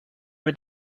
mit